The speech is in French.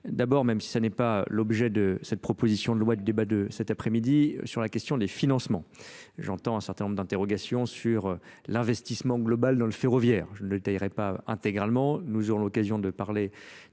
d'abord même si ce n'est pas l'objet de cette proposition de loi de débat de la question des financements j'entends un certain nombre d'interrogations sur l'investissement global dans le ferroviaire je ne le paierai pas intégralement nous aurons l'occasion de parler